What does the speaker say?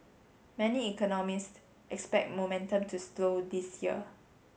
many economists expect momentum to slow this year